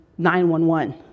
911